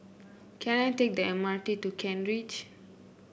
can I take the M R T to Kent Ridge